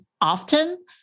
often